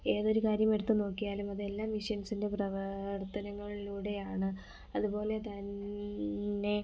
ഏതൊരു കാര്യം എടുത്ത് നോക്കിയാലും അതെല്ലാം മെഷ്യൻസിൻ്റെ പ്രവാർത്തനങ്ങളൂടെയാണ് അതുപോലെ തന്നെ